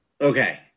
Okay